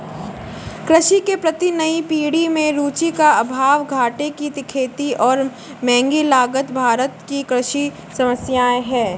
कृषि के प्रति नई पीढ़ी में रुचि का अभाव, घाटे की खेती और महँगी लागत भारत की कृषि समस्याए हैं